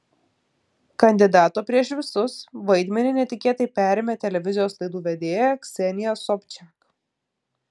kandidato prieš visus vaidmenį netikėtai perėmė televizijos laidų vedėja ksenija sobčiak